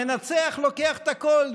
המנצח לוקח את הכול,